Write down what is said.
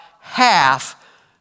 half